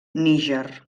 níger